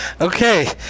Okay